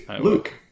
Luke